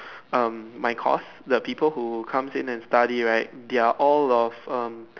um my course the people who comes in and study right they are all of um